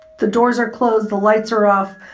the doors are closed. the lights are off.